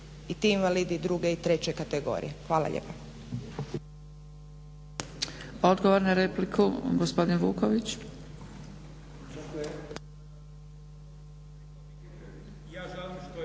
i ti invalidi druge i treće kategorije. Hvala lijepa.